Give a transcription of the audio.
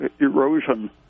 erosion